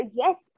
yes